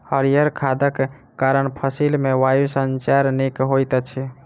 हरीयर खादक कारण फसिल मे वायु संचार नीक होइत अछि